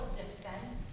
defense